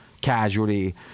casualty